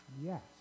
Yes